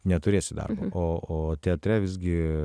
neturėsi darbo o o teatre visgi